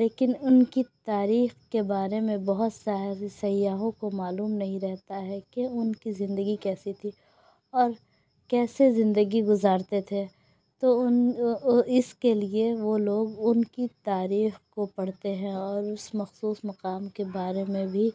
لیکن ان کی تاریخ کے بارے میں بہت سارے سیاحوں کو معلوم نہیں رہتا ہے کہ ان کی زندگی کیسی تھی اور کیسے زندگی گزارتے تھے تو ان اس کے لیے وہ لوگ ان کی تاریخ کو پڑھتے ہیں اور اس مخصوص مقام کے بارے میں بھی